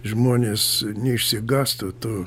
žmonės neišsigąstų tų